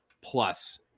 plus